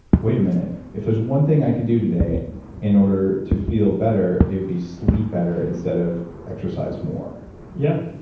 wait a minute, if there's one thing i could do today in order to feel better, it would be sleep better instead of exercise more yeah,